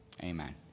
Amen